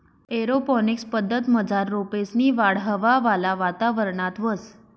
aeroponics पद्धतमझार रोपेसनी वाढ हवावाला वातावरणात व्हस